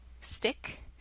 stick